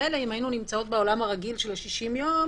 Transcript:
מילא אם היינו נמצאות בעולם הרגיל של ה-60 יום,